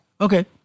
Okay